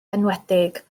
enwedig